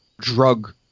drug